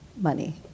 money